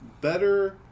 Better